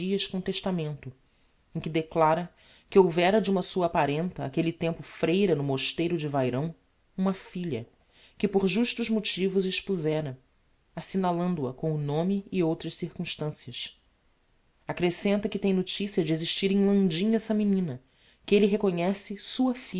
dias com testamento em que declara que houvera de uma sua parenta áquelle tempo freira no mosteiro de vayrão uma filha que por justos motivos expozera assignalando a com o nome e outras circumstancias acrescenta que tem noticia de existir em landim essa menina que elle reconhece sua